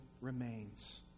remains